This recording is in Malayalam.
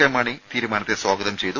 കെ മാണി തീരുമാനത്തെ സ്വാഗതം ചെയ്തു